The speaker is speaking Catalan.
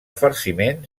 farciment